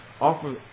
Offer